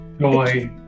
joy